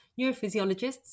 neurophysiologists